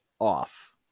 off